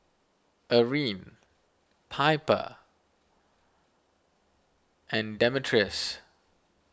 Eryn Piper and Demetrius